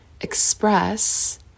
express